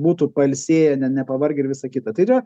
būtų pailsėję nepavargę ir visa kita tai yra